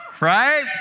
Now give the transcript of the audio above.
right